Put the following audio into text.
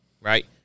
right